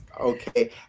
Okay